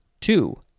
Two